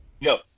no